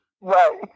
Right